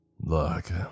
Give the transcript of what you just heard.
Look